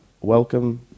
welcome